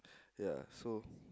ya so